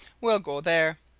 we'll go there.